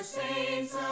saints